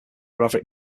rather